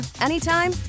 anytime